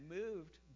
moved